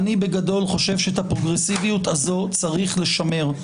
חושב שאת הפרוגרסיביות הזו צריך לשמר.